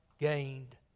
gained